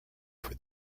for